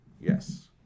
yes